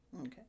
Okay